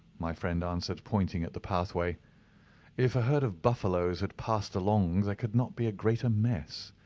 my friend answered, pointing at the pathway if a herd of buffaloes had passed along there could not be a greater mess.